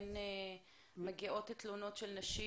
שכן מגיעות תלונות של נשים?